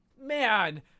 Man